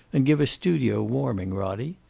and give a studio warming, roddie?